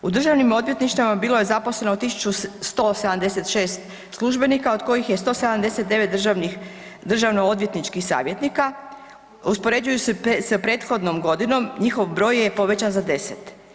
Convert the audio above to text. U državnim odvjetništvima bilo je zaposleno 1176 službenika od kojih je 179 državno odvjetničkih savjetnika u usporedbi sa prethodnom godinom njihov broj je povećan za 10.